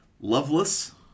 Loveless